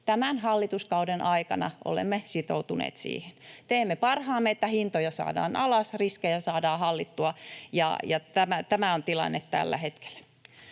Tämän hallituskauden aikana olemme sitoutuneet siihen. Teemme parhaamme, että hintoja saadaan alas, riskejä saadaan hallittua, ja tämä on tilanne tällä hetkellä.